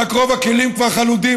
רק רוב הכלים כבר חלודים,